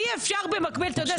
אי אפשר במקביל אתה יודע,